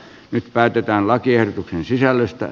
nyt päätetään lakiehdotuksen sisällöstä